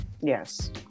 Yes